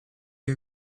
you